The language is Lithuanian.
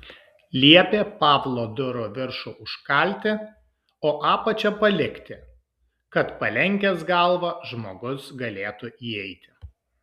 liepė pavlo durų viršų užkalti o apačią palikti kad palenkęs galvą žmogus galėtų įeiti